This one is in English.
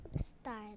Start